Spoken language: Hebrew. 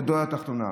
ידו על התחתונה.